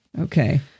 Okay